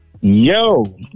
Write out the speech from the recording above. Yo